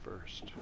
first